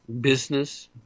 business